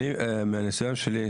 מהניסיון שלי,